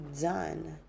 done